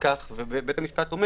בית המשפט אומר